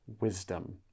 wisdom